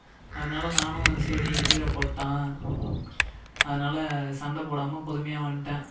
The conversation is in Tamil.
அதனால நானும் சரி கீழே போட்டான் அதனால சண்டை போடாமல் பொறுமையாக வந்துட்டேன்